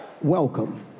welcome